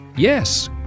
Yes